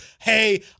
hey